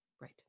Right